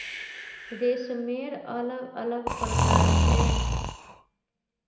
रेशमेर अलग अलग प्रकार छ